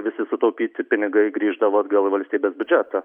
visi sutaupyti pinigai grįždavo atgal į valstybės biudžetą